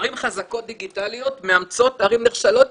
ערים חזקות דיגיטליות מאמצות ערים נחשלות דיגיטלית.